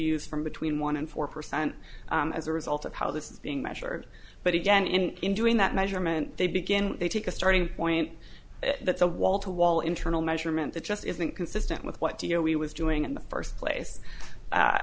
use from between one and four percent as a result of how this is being measured but again and in doing that measurement they begin they take a starting point that's a wall to wall internal measurement that just isn't consistent with what do you know we was doing in the first place a